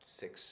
six